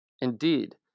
Indeed